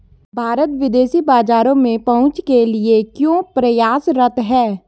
भारत विदेशी बाजारों में पहुंच के लिए क्यों प्रयासरत है?